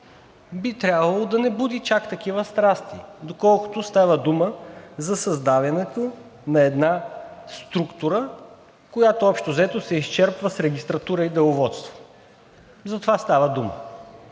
би трябвало да не буди чак такива страсти, доколкото стана дума за създаването на една структура, която общо взето се изчерпва с регистратура и деловодство. За това става дума.